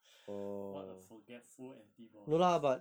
what a forgetful antibodies